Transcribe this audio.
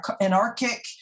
anarchic